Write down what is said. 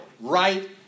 right